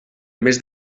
més